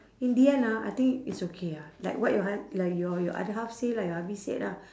in the end ah I think it's okay ah like what your hu~ like your your other half say lah your hubby said ah